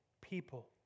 people